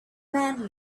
man